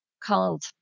called